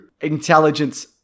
Intelligence